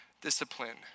discipline